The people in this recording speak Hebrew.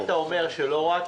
אתה אומר שלא רק